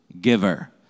giver